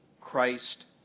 Christ